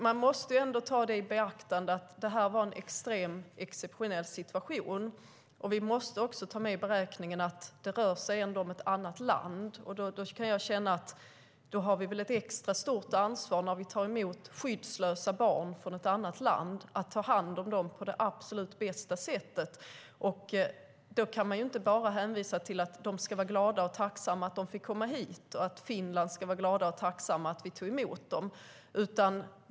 Man måste ändå ta i beaktande att det var en extrem och exceptionell situation. Vi måste också ta med i beräkningen att det rör sig om ett annat land. Jag kan känna att vi har ett extra stort ansvar när vi tar emot skyddslösa barn från ett annat land för att ta hand om dem på det absolut bästa sättet. Då kan man inte bara hänvisa till att de ska vara glada och tacksamma för att de fick komma hit och att man i Finland ska vara glad och tacksam för att vi tog emot dem.